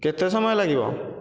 କେତେ ସମୟ ଲାଗିବ